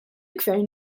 gvern